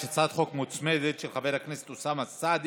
יש הצעת חוק מוצמדת של חבר הכנסת אוסאמה סעדי.